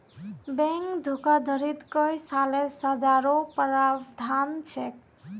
bank धोखाधडीत कई सालेर सज़ारो प्रावधान छेक